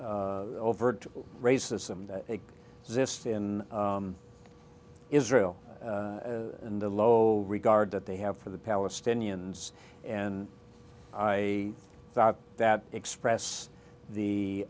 overt racism that zest in israel and the low regard that they have for the palestinians and i thought that express the